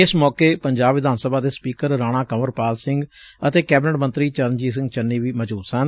ਇਸ ਮੌਕੇ ਪੰਜਾਬ ਵਿਧਾਨ ਸਭਾ ਦੇ ਸਪੀਕਰ ਰਾਣਾ ਕੰਵਰ ਪਾਲ ਸਿੰਘ ਅਤੇ ਕੈਬਨਿਟ ਮੰਤਰੀ ਚਰਨਜੀਤ ਸਿੰਘ ਚੰਨੀ ਵੀ ਮੌਜੁਦ ਸਨ